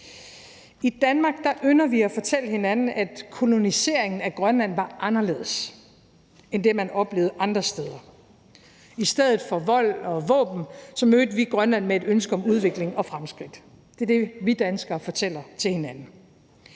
I Danmark ynder vi at fortælle hinanden, at koloniseringen af Grønland var anderledes end det, man oplevede andre steder. I stedet for vold og våben mødte vi Grønland med et ønske om udveksling og fremskridt. Det er det, vi danskere fortæller til hinanden.